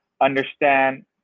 understand